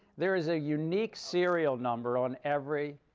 there is a unique serial number on every